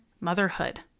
motherhood